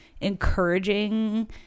encouraging